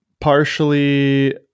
partially